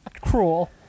cruel